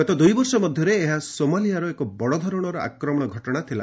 ଗତ ଦୂଇ ବର୍ଷ ମଧ୍ୟରେ ଏହା ସୋମାଲିଆରେ ଏକ ବଡ଼ ଧରଣର ଆକ୍ରମଣ ଘଟଣା ଥିଲା